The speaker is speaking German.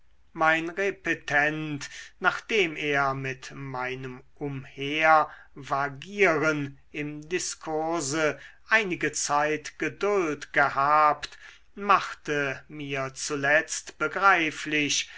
mein repetent nachdem er mit meinem umhervagieren im diskurse einige zeit geduld gehabt machte mir zuletzt begreiflich